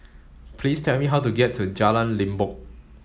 please tell me how to get to Jalan Limbok